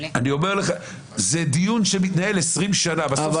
זה דיון שמתנהל 20 שנה, בסוף שר מקבל החלטה.